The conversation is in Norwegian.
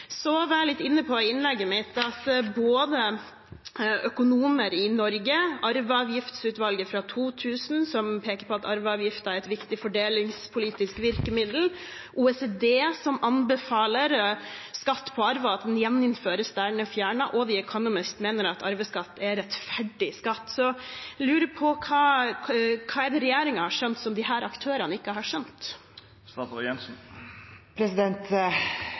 var i innlegget mitt litt inne på at både økonomer i Norge, arveavgiftsutvalget fra 2000, som peker på at arveavgift er et viktig fordelingspolitisk virkemiddel, OECD, som anbefaler skatt på arv og at den gjeninnføres der den er fjernet, og The Economist mener at arveskatt er en rettferdig skatt. Jeg lurer på: Hva er det regjeringen har skjønt som disse aktørene ikke har skjønt?